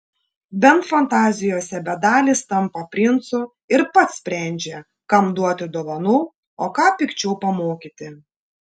bent fantazijose bedalis tampa princu ir pats sprendžia kam duoti dovanų o ką pikčiau pamokyti